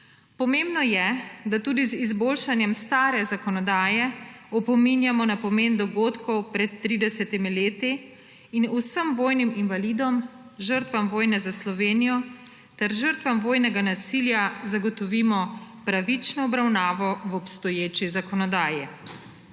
Pomembno je, da tudi z izboljšanjem stare zakonodaje opominjamo na pomen dogodkov pred 30 leti in vsem vojnim invalidom, žrtvam vojne za Slovenijo ter žrtvam vojnega nasilja zagotovimo pravično obravnavo v obstoječi zakonodaji.